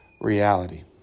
reality